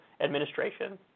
administration